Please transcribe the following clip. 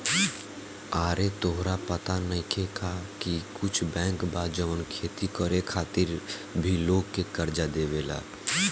आरे तोहरा पाता नइखे का की कुछ बैंक बा जवन खेती करे खातिर भी लोग के कर्जा देवेला